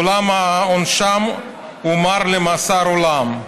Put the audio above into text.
אולם עונשם הומר למאסר עלם.